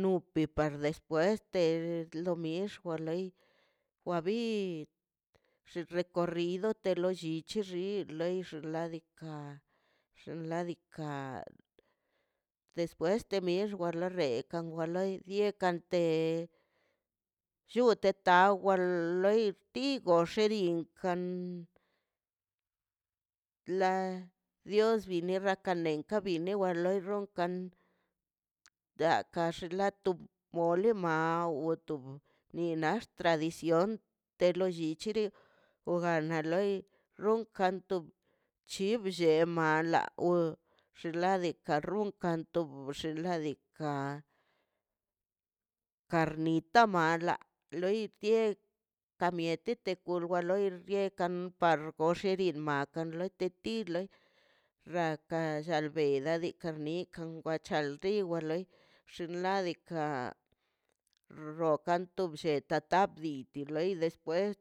nupe para despues te lo mix wa loi wa bi xin recorri do ichirri loi ix ladika xladika despues de mix wale rekan wale die kante llute ta wal loi ti goxe rin kan dios rraka nekan bine wa loi ronkan dakax loto moli maw otob binax tradición te lo llichiri ogana loi ronkan tob lle mala xinlandika runkan tob xinladika karnita mala loi tie ka miete loto war loi par goxelin maka teti rraka llalveda tikan mintan wachalti wa loi xinladika roka to bletata dir loi despues